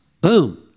Boom